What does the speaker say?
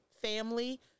family